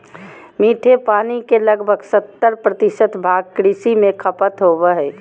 मीठे पानी के लगभग सत्तर प्रतिशत भाग कृषि में खपत होबो हइ